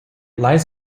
lies